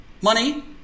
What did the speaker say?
money